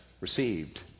received